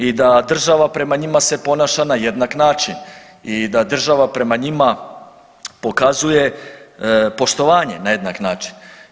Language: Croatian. I da država prema njima se ponaša na jednak način i da država prema njima pokazuje poštovanje na jednak način.